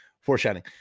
foreshadowing